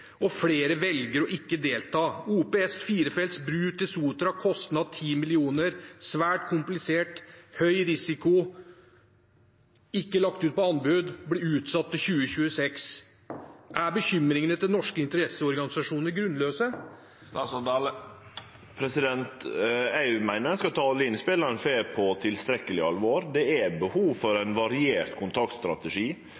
Flere velger å ikke delta. OPS-prosjektet med firefelts bru til Sotra – kostnad 10 mrd. kr, svært komplisert, høy risiko – er ikke lagt ut på anbud og ble utsatt til 2026. Er bekymringene til norske interesseorganisasjoner grunnløse? Eg meiner at ein skal ta alle innspela ein får, på tilstrekkeleg alvor. Det er behov for